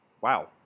Wow